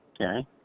Okay